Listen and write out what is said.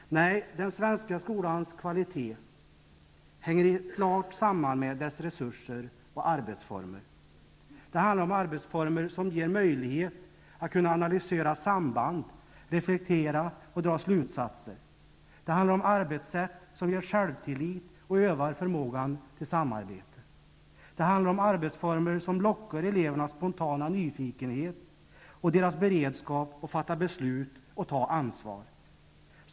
Nej, den svenska skolans kvalitet hänger klart samman med dess resurser och arbetsformer. Det handlar om arbetsformer som ger möjlighet att kunna analysera samband, reflektera och dra slutsatser. Det handlar om arbetssätt som ger självtillit och övar förmågan till samarbete. Det handlar om arbetsformer som lockar elevernas spontana nyfikenhet och deras beredskap att fatta beslut och ta ansvar.